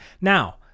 now